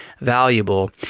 valuable